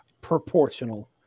proportional